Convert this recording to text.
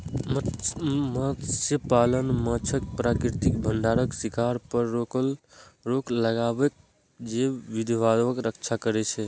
मत्स्यपालन माछक प्राकृतिक भंडारक शिकार पर रोक लगाके जैव विविधताक रक्षा करै छै